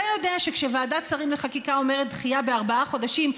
אתה יודע שכשוועדת שרים לחקיקה אומרת "דחייה בארבעה חודשים",